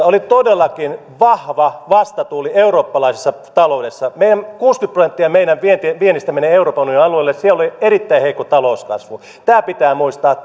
oli todellakin vahva vastatuuli eurooppalaisessa taloudessa kuusikymmentä prosenttia meidän viennistä meni euroopan unionin alueelle siellä oli erittäin heikko talouskasvu tämä pitää muistaa